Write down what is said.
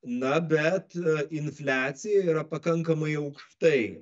na bet infliacija yra pakankamai aukštai